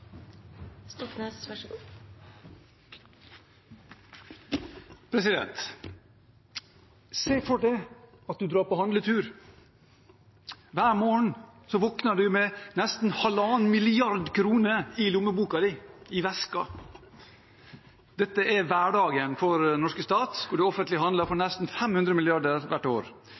Se for deg at du drar på handletur. Hver morgen våkner du med nesten halvannen milliard kroner i lommeboken din eller i vesken. Dette er hverdagen for den norske staten, og det offentlige handler for nesten 500 mrd. kr hvert år.